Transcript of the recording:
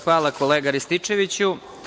Hvala kolega Rističeviću.